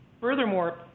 Furthermore